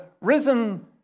risen